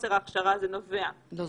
חוסר ההכשרה הזה נובע --- לא,